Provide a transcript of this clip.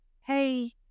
hey